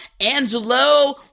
Angelo